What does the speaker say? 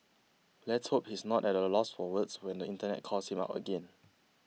let's hope he's not at a loss for words when the Internet calls him out again